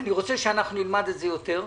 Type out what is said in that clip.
אני רוצה שנלמד את זה יותר.